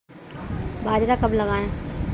बाजरा कब लगाएँ?